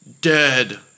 dead